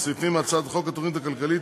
ובסעיפים מהצעת חוק התוכנית הכלכלית,